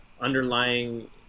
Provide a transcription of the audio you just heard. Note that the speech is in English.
underlying